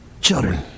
children